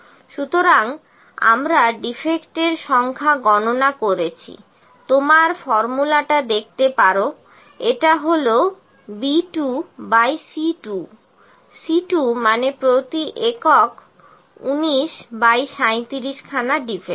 সুতরাং আমরা ডিফেক্টের সংখ্যা গণনা করেছি তোমরা ফর্মুলাটা দেখতে পারো এটা হল B2 বাই C 2 C 2 মানে প্রতি একক 19 বাই 37 খানা ডিফেক্ট